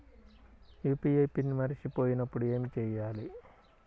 UPI PIN మరచిపోయినప్పుడు ఏమి చేయాలి?